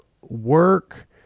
work